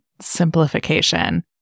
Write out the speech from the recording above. simplification